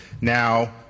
Now